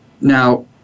now